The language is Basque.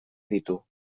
ditu